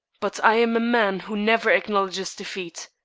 but i am a man who never acknowledges defeat.